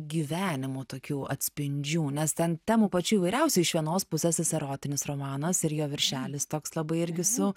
gyvenimo tokių atspindžių nes ten temų pačių įvairiausių iš vienos pusės jis erotinis romanas ir jo viršelis toks labai irgi su